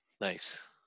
Nice